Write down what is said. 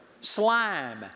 slime